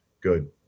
good